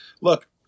look